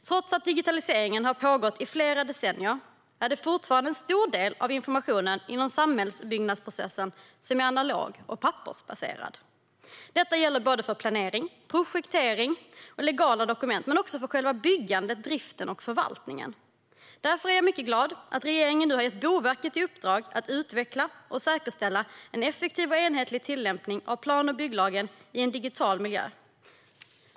Trots att digitaliseringen har pågått i flera decennier är det fortfarande en stor del av informationen inom samhällsbyggnadsprocessen som är analog och pappersbaserad. Detta gäller för planering, projektering och legala dokument men också för själva byggandet, driften och förvaltningen. Därför är jag mycket glad att regeringen nu har gett Boverket i uppdrag att utveckla och säkerställa en effektiv och enhetlig tillämpning av plan och bygglagen i en digital miljö.